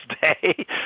Day